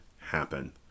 happen